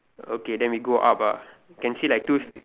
okay then we go up ah can see like two